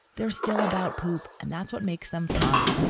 there's still about poop and that's what makes them fun.